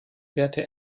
wählte